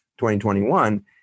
2021